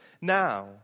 now